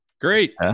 great